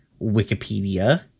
Wikipedia